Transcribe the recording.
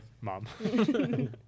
Mom